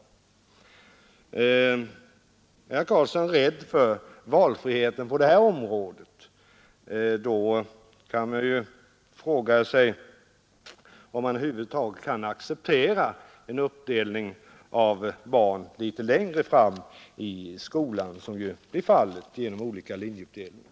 Är herr Karlsson rädd för valfriheten på det här området, då kan man fråga sig om han över huvud taget kan acceptera den uppdelning av barn litet längre fram som blir följden av skolans olika linjer.